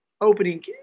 opening